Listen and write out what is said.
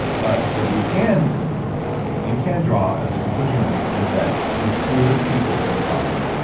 but what you can you can draw as a conclusion from this is that the coolest people drink coffee.